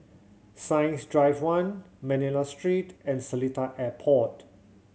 Science Drive One Manila Street and Seletar Airport